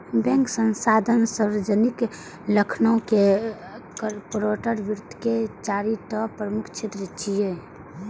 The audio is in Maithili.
बैंक, संस्थान, सार्वजनिक लेखांकन आ कॉरपोरेट वित्त के चारि टा प्रमुख क्षेत्र छियै